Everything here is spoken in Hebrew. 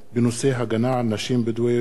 מפני אלימות במשפחה,